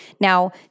Now